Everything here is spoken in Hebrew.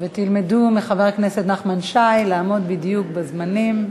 ותלמדו מחבר הכנסת נחמן שי לעמוד בדיוק בזמנים.